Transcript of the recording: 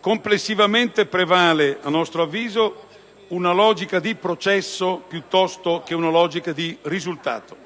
Complessivamente prevale, a nostro avviso, una logica di processo piuttosto che di risultato: